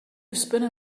spinner